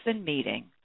meeting